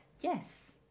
Yes